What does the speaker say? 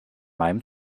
meinem